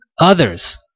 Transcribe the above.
others